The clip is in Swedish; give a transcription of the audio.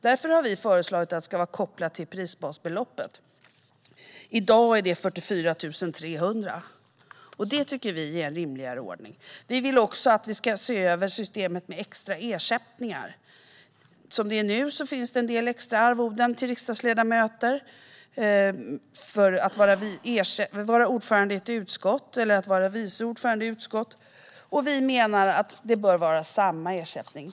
Därför har vi föreslagit att arvodet ska vara kopplat till prisbasbeloppet. I dag är det 44 300, och det tycker vi är en rimligare ordning. Vi vill också att systemet för extra ersättningar ska ses över. Som det är nu finns det extra arvoden till riksdagsledamöter för att vara ordförande eller vice ordförande i utskott. Vi menar att det bör vara samma ersättning.